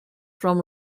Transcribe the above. from